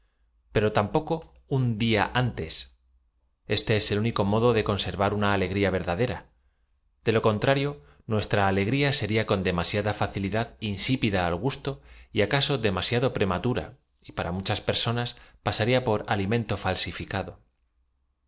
pero tampoco un día antet este es el modo de conseryar una alegría verdadera de lo contrarici nuestra alegría sería con demasiada facilidad iasipida al gusto j acaso dema siado prematura j para muchas personas pasaría por alimento falsificado